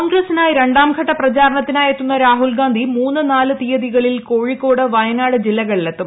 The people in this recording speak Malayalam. കോൺഗ്രസിനായി രണ്ടാം ഘട്ട പ്രചാരണത്തിനായെത്തുന്ന രാഹുൽ ഗാന്ധി മൂന്ന് നാല് തീയതികളിൽ കോഴിക്കോട് വയനാട് ജില്ലകളിലെത്തും